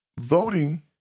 voting